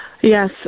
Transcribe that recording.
Yes